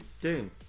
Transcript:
Doom